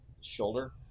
shoulder